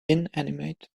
inanimate